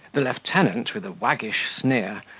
the lieutenant, with a waggish sneer,